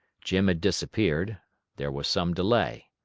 jim had disappeared there was some delay.